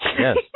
Yes